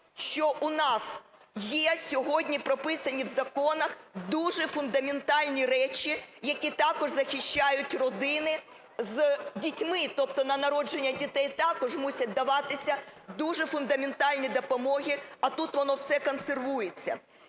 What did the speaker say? що у нас є сьогодні прописані в законах дуже фундаментальні речі, які також захищають родини з дітьми. Тобто на народження дітей також мусять даватися дуже фундаментальні допомоги, а тут воно все консервується.